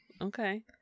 Okay